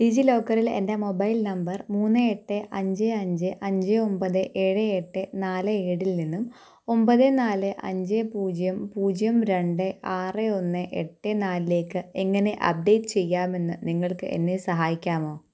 ഡിജിലോക്കറിൽ എൻ്റെ mobile number മൂന്ന് എട്ട് അഞ്ച് അഞ്ച് അഞ്ച് ഒമ്പത് ഏഴ് എട്ട് നാല് ഏഴിൽനിന്നും ഒമ്പത് നാല് അഞ്ച് പൂജ്യം പൂജ്യം രണ്ട് ആറ് ഒന്ന് എട്ട് നാലിലേക്ക് എങ്ങനെ അപ്ഡേറ്റ് ചെയ്യാമെന്ന് നിങ്ങൾക്ക് എന്നെ സഹായിക്കാമോ